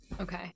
Okay